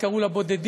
אז קראו לה בודדים,